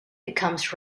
becomes